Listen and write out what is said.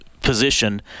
position